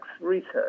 research